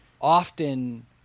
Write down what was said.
often